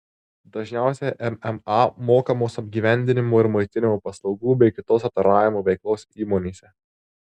dažniausiai mma mokamos apgyvendinimo ir maitinimo paslaugų bei kitos aptarnavimo veiklos įmonėse